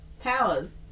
powers